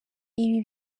ibi